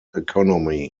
economy